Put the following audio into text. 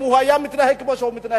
אם הוא היה מתנהג כמו שהוא מתנהג.